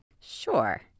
Sure